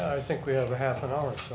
i think we have a half an hour,